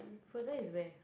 frozen is where